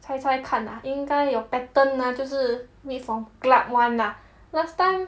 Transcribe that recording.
猜猜看 ah 应该 your pattern ah 就是 meet from club [one] lah last time